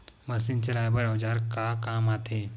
Machine चलाए बर औजार का काम आथे?